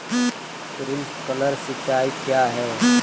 Sprinkler सिंचाई क्या है?